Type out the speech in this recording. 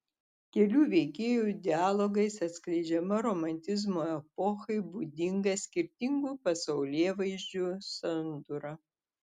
kelių veikėjų dialogais atskleidžiama romantizmo epochai būdinga skirtingų pasaulėvaizdžių sandūra